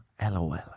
LOL